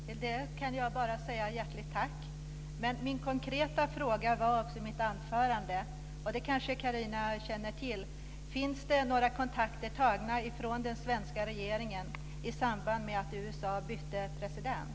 Fru talman! Till det kan jag bara säga: Hjärtligt tack! Men min konkreta fråga i mitt anförande var, och det kanske Carina känner till: Finns det några kontakter tagna från den svenska regeringens sida i samband med att USA bytte president?